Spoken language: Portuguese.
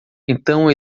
então